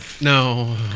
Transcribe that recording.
No